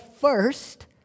first